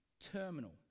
terminal